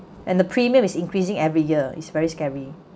and the premium is increasing every year it's very scary